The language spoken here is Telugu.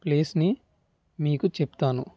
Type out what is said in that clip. ప్లేస్ని మీకు చెప్తాను